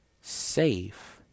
safe